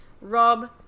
Rob